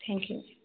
thank you